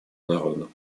народу